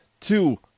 Two